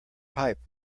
pipe